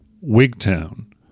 Wigtown